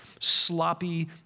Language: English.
sloppy